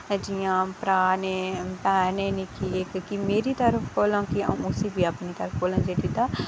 जि'यां भ्राऽ न भैन ऐ निक्की इक मेरी तरफ कोला बी उसी बी अपनी तरफ दा केह् कीता